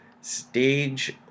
stage